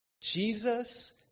Jesus